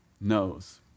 knows